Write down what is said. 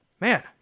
man